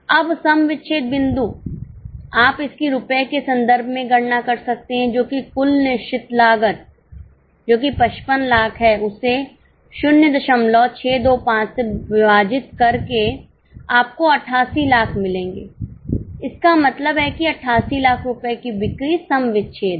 अब सम विच्छेद बिंदु आप इसकी रुपये के संदर्भ में गणना कर सकते हैं जो कि कुल निश्चित लागत जो कि 55 लाख है उसे 0625 से विभाजित करें आपको 88 लाख मिलेंगे इसका मतलब है कि88 लाख रुपये की बिक्री सम विच्छेद है